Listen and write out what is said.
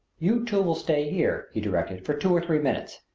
you two will stay here, he directed, for two or three minutes.